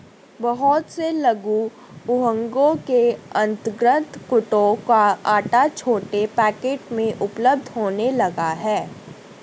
बहुत से लघु उद्योगों के अंतर्गत कूटू का आटा छोटे पैकेट में उपलब्ध होने लगा है